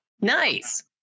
Nice